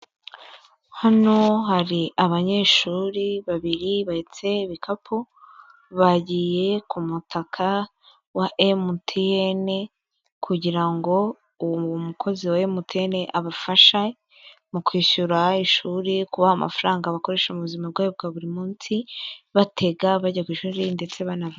Hano hari abanyeshuri babiri bahetse ibikapu, bagiye ku mutaka wa Emutiyeni kugira ngo uwo mukozi wa Emutiyeni abafashe mu kwishyura ishuri, kubaha amafaranga bakoresha mu buzima bwabo bwa buri munsi, batega bajya ku ishuri ndetse banava